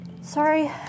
Sorry